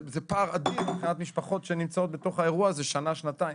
זה פער אדיר מבחינת משפחות שנמצאות בתוך האירוע הזה שנה-שנתיים.